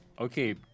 Okay